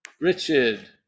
Richard